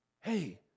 Hey